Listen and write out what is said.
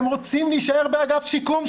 הם רוצים להישאר באגף שיקום,